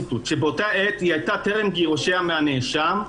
שבאותה עת היא הייתה טרם גירושיה מן הנאשם.